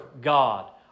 God